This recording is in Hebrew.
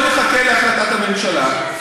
בואו נחכה להחלטת הממשלה,